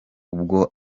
ubwo